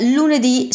lunedì